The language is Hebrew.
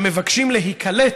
שמבקשים להיקלט,